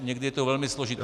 Někdy je to velmi složité.